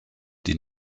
die